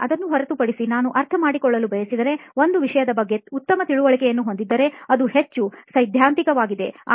ಆದರೆ ಅದನ್ನು ಹೊರತುಪಡಿಸಿ ನಾನು ಅರ್ಥಮಾಡಿಕೊಳ್ಳಲು ಬಯಸಿದರೆ ಒಂದು ವಿಷಯದ ಬಗ್ಗೆ ಉತ್ತಮ ತಿಳುವಳಿಕೆಯನ್ನು ಹೊಂದಿದ್ದರೆ ಅದು ಹೆಚ್ಚು ಸೈದ್ಧಾಂತಿಕವಾಗಿದೆ